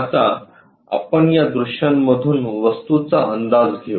आता आपण दृश्यांमधून वस्तूचा अंदाज घेऊ